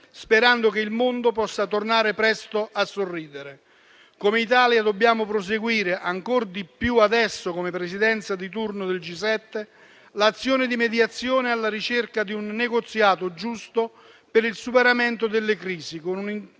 sperando che il mondo possa tornare presto a sorridere. Come Italia dobbiamo proseguire, ancor di più adesso, come Presidenza di turno del G7, l'azione di mediazione alla ricerca di un negoziato giusto per il superamento delle crisi, con un intenso